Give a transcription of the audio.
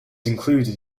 included